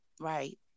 right